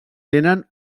tenen